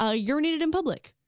ah urinated in public.